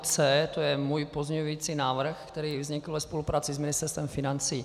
To je můj pozměňovací návrh, který vznikl ve spolupráci s Ministerstvem financí..